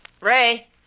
Ray